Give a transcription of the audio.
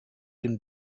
den